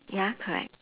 ya correct